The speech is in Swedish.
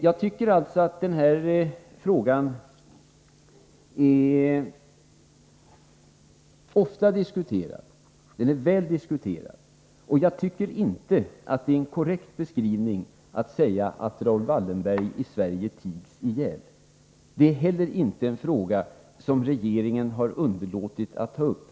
Jag anser att den här frågan är ofta och väl diskuterad, och jag tycker inte det är en korrekt beskrivning att säga att Raoul Wallenberg i Sverige tigs ihjäl. Det rör sig heller inte om en fråga som regeringen har underlåtit att ta upp.